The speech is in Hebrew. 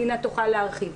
לינא תוכל להרחיב.